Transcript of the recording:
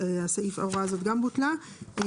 בוטלה,